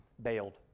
bailed